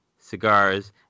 cigars